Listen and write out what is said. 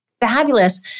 fabulous